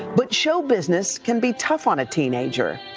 but show business can be tough on a teenager.